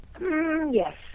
yes